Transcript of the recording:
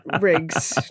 rigs